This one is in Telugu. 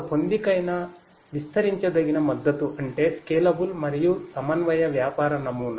ఒక పొందికైన విస్తరించదగిన మద్దతుఅంటే స్కేలబుల్ మరియు సమన్వయ వ్యాపార నమూనా